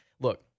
look